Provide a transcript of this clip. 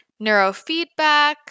neurofeedback